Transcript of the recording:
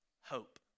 hope